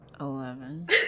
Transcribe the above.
Eleven